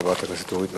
חברת הכנסת אורית נוקד.